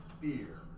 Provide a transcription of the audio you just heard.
beer